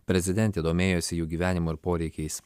prezidentė domėjosi jų gyvenimu ir poreikiais